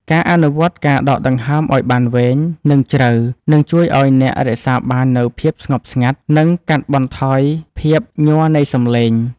ការអនុវត្តការដកដង្ហើមឱ្យបានវែង និងជ្រៅ នឹងជួយឱ្យអ្នករក្សាបាននូវភាពស្ងប់ស្ងាត់ និងកាត់បន្ថយភាពញ័រនៃសម្លេង។